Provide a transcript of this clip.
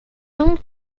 donc